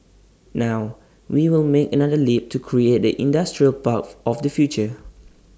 now we will make another leap to create the industrial path of the future